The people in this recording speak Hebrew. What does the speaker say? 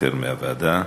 התפטר מהוועדה.